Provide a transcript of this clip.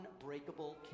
Unbreakable